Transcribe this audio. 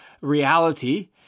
reality